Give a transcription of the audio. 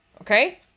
Okay